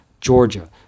Georgia